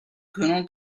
colonel